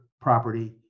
property